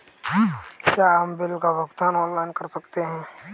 क्या हम बिल का भुगतान ऑनलाइन कर सकते हैं?